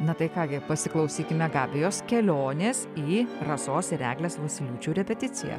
na tai ką gi pasiklausykime gabijos kelionės į rasos ir eglės vosyliūčių repeticiją